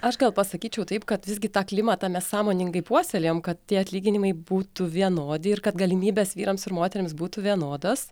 aš gal pasakyčiau taip kad visgi tą klimatą mes sąmoningai puoselėjam kad tie atlyginimai būtų vienodi ir kad galimybės vyrams ir moterims būtų vienodos